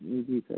जी जी सर